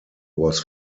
was